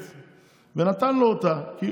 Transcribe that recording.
בנגב.